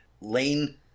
Lane